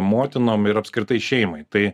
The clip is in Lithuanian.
motinom ir apskritai šeimai tai